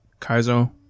kaizo